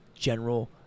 general